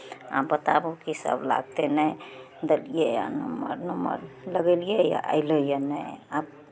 अहाँ बताबू कीसभ लागतै नहि देलियैए हमर नम्बर लगैलियैए अयलैए नहि आब